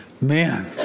Man